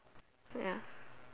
ya